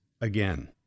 again